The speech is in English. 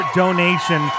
donation